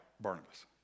Barnabas